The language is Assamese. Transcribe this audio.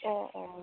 অঁ অঁ